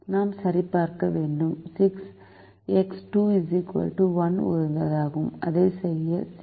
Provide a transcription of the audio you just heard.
6 x 2 1 உகந்ததாகும் அதைச் செய்ய சி